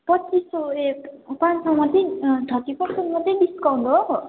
पच्चिस सय ए पाँच सय मात्रै थर्टी पर्सेन्ट मात्रै डिस्काउन्ट हो